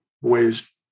ways